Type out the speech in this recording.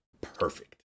perfect